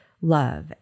love